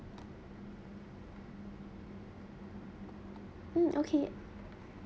mm okay